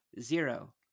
Zero